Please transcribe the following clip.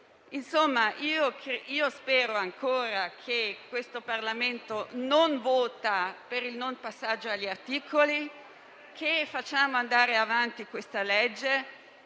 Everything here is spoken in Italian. Spero ancora che il Parlamento non voti per il non passaggio agli articoli, che faccia andare avanti la legge